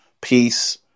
peace